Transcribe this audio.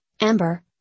Amber